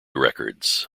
records